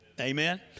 Amen